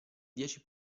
dieci